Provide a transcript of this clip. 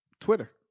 Twitter